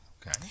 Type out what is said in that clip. Okay